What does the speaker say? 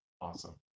Awesome